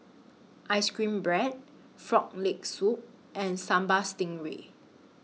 Ice Cream Bread Frog Leg Soup and Sambal Stingray